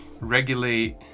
regulate